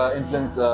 influence